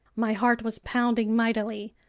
my heart was pounding mightily.